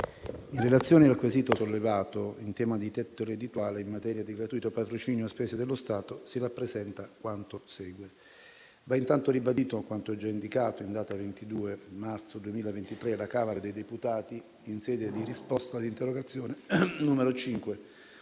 in relazione al quesito sollevato in tema di tetto reddituale in materia di gratuito patrocinio a spese dello Stato, si rappresenta quanto segue. Va intanto ribadito quanto già indicato in data 22 marzo 2023 alla Camera dei deputati, in sede di risposta all'interrogazione 5-00556.